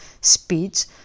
speeds